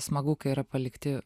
smagu kai yra palikti